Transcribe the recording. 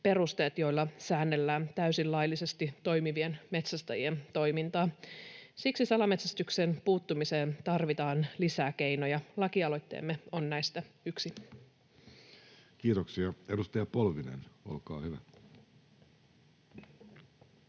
perusteet, joilla säännellään täysin laillisesti toimivien metsästäjien toimintaa. Siksi salametsästykseen puuttumiseen tarvitaan lisää keinoja. Lakialoitteemme on näistä yksi. [Speech 212] Speaker: